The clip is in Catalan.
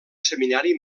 seminari